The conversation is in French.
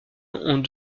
ont